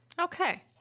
Okay